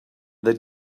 they